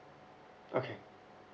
okay